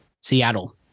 Seattle